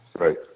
Right